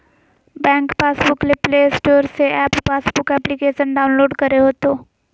bank passbook ले play store से M passbook application download करे होतो